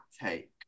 take